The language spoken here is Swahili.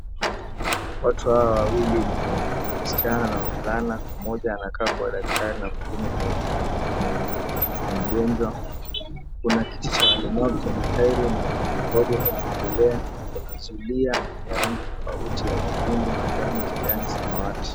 Watu hawa wawili, ni msichana na mvulana. Mmoja anakaa kwa daktari na mwingine ni mgonjwa. Kuna kiti cha walemavu cha matairi na mikogojo ya kutembelea. Kuna zulia ya rangi tofauti ya nyekundu, manjano, kijani, samawati